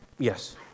Yes